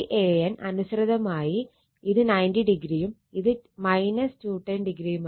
Van അനുസൃതമായി ഇത് 90o യും ഇത് 210o ഡിഗ്രിയുമാണ്